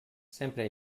sempre